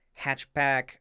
hatchback